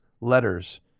letters